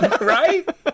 Right